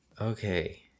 okay